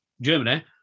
Germany